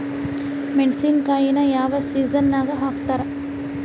ಮೆಣಸಿನಕಾಯಿನ ಯಾವ ಸೇಸನ್ ನಾಗ್ ಹಾಕ್ತಾರ?